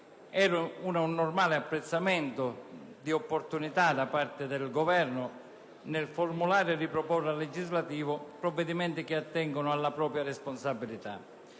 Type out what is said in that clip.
di un normale apprezzamento di opportunità da parte del Governo nel formulare e riproporre al legislativo provvedimenti che attengono alla propria responsabilità.